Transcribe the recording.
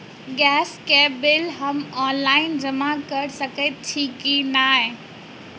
Gas केँ bill हम online जमा कऽ सकैत छी की नै?